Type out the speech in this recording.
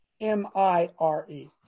M-I-R-E